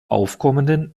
aufkommenden